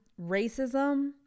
racism